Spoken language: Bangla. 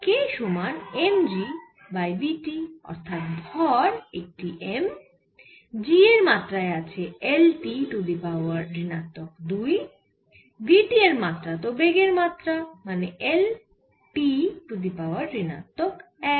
k সমান m g by v T অর্থাৎ ভর একটি M g এর মাত্রায় আছে L T to the power ঋণাত্মক দুই v T এর মাত্রা তো বেগের মাত্রা মানে L T to the power ঋণাত্মক এক